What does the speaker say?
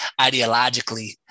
ideologically